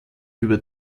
über